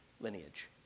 lineage